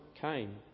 came